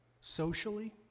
socially